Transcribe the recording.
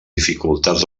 dificultats